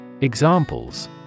Examples